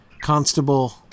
Constable